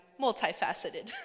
multifaceted